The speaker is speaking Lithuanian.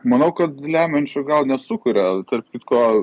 manau kad lemančio gal nesukuria tarp kitko